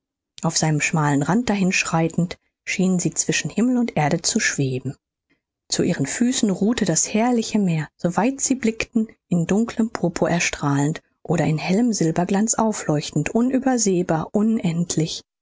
auf seinem schmalen rand dahinschreitend schienen sie zwischen himmel und erde zu schweben zu ihren füßen ruhte das herrliche meer so weit sie blickten in dunklem purpur erstrahlend oder in hellem silberglanz aufleuchtend unübersehbar unendlich